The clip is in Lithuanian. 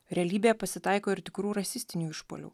realybėje pasitaiko ir tikrų rasistinių išpuolių